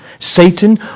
Satan